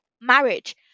marriage